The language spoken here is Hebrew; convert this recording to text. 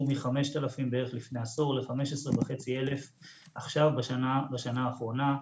מ-5,000 בערך לפני עשור ל-15,500 עכשיו בשנה האחרונה.